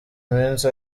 iminsi